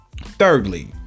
Thirdly